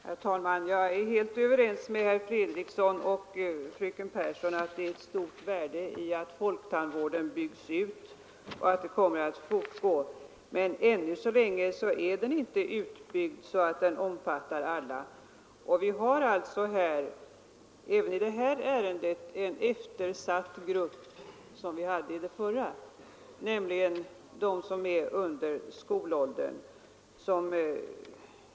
Herr talman! Jag är helt överens med herr Fredriksson och fröken Pehrsson om att det ligger ett stort värde i att folktandvården byggs ut och att denna utbyggnad kommer att fortgå; men ännu så länge är vården inte så utbyggd att den omfattar alla. Det gäller alltså även i detta ärende — liksom i det förra — en eftersatt grupp, nämligen barnen under skolåldern.